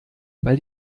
weil